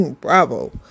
Bravo